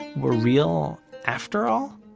were real after all?